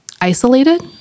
isolated